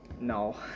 No